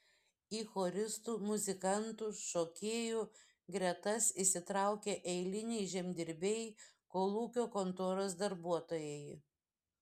į choristų muzikantų šokėjų gretas įsitraukė eiliniai žemdirbiai kolūkio kontoros darbuotojai